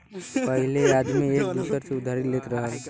पहिले आदमी एक दूसर से उधारी लेत रहल